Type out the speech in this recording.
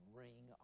ring